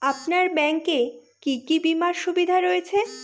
আপনার ব্যাংকে কি কি বিমার সুবিধা রয়েছে?